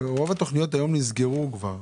הרי רוב התוכנית היום נסגרו כבר,